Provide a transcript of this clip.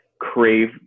crave